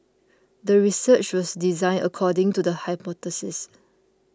the research was designed according to the hypothesis